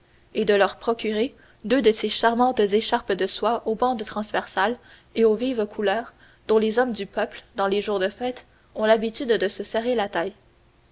et de leur procurer deux de ces charmantes écharpes de soie aux bandes transversales et aux vives couleurs dont les hommes du peuple dans les jours de fête ont l'habitude de se serrer la taille